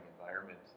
environment